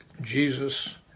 jesus